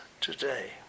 today